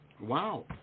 Wow